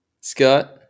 Scott